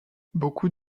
beaucoup